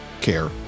care